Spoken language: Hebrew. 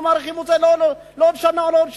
מאריכים את זה לעוד שנה או לעוד שנתיים.